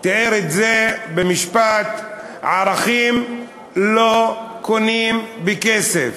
תיאר את זה במשפט: ערכים לא קונים בכסף.